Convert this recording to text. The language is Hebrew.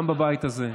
גם בבית הזה.